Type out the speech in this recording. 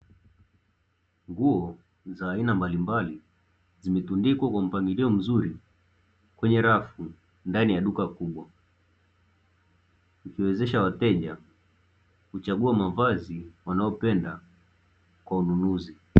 Nguo za aina mbalimbali, zimetundikwa kwa mpangilio mzuri kwenye rafu ndani ya duka kubwa, ikiwezesha wateja kuchagua mavazi wanayopenda kwa ununuzi.